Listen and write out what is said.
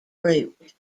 route